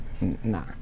Nah